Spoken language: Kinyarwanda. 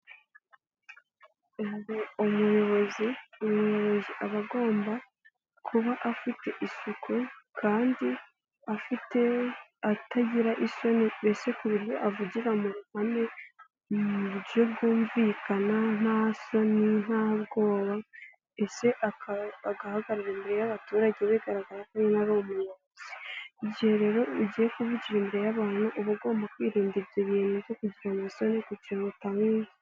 Umuyobozi aba agomba kuba afite isuku kandi afite atagira isoni mbese ku buryo avugira mu ruhame mu buryo bwumvikana ntasoni nta bwoba ese agahagara imbere y'abaturage bigaragaza niba ari umuyobozi igihe rero ugiye kuvugira imbere y'abantu uba ugomba kwirinda ibyo bintu byo kugira amasosini.